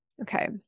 Okay